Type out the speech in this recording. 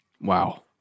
Wow